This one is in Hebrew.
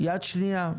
יד שנייה,